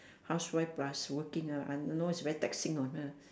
housewife plus working ah I know it's very taxing on her